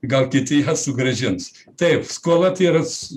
gal kiti sugrąžins taip skola tai yras